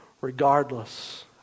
Regardless